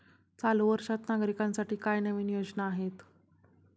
चालू वर्षात नागरिकांसाठी काय नवीन योजना आहेत?